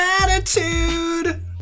attitude